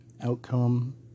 outcome